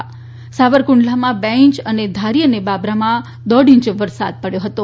તો સાવરકુંડલામા બે ઇંચ અને ધારી અને બાબરામા પણ દોઢ ઇંચ વરસાદ પડ્યો હતો